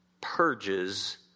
purges